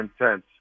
intense